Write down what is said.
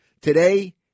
today